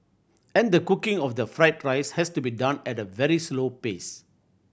and the cooking of the fried rice has to be done at a very slow pace